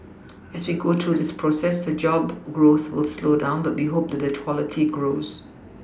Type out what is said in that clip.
as we go through this process the job growth will slow down but we hope that the quality grows